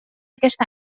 aquest